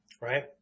Right